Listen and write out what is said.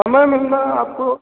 समय मिल रहा है आपको